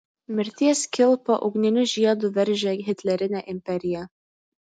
mirties kilpa ugniniu žiedu veržė hitlerinę imperiją